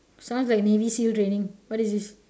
sounds like maybe still raining what is this